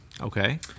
Okay